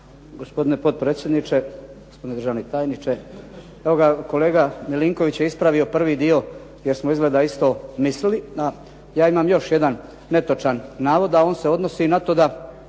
Gospodine potpredsjedniče, gospodine državni tajniče. Evo ga, kolega Milinković je ispravio prvi dio jer smo izgleda isto mislili, a ja imam još jedan netočan navod, a on se odnosi na to da